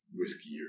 whiskey